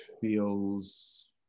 feels